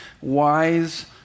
wise